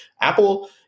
Apple